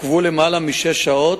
עוכבו יותר משש שעות.